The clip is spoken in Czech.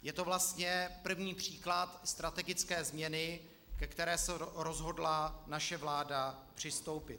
Je to vlastně první příklad strategické změny, ke které se rozhodla naše vláda přistoupit.